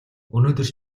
өнөөдөр